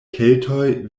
keltoj